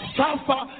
suffer